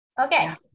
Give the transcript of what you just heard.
Okay